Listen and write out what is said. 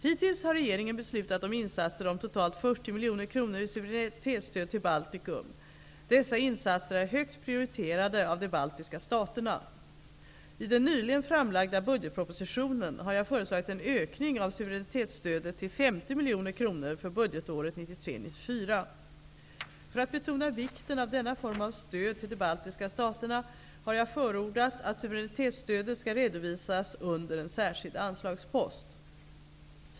Hittills har regeringen beslutat om insatser om totalt Dessa insatser är högt prioriterade av de baltiska staterna. I den nyligen framlagda budgetpropositionen har jag föreslagit en ökning av suveränitetsstödet till 50 För att betona vikten av denna form av stöd till de baltiska staterna har jag förordat att suveränitetsstödet skall redovisas under en särskild anslagspost.